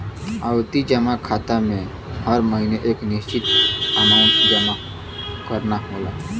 आवर्ती जमा खाता में हर महीने एक निश्चित अमांउट जमा करना होला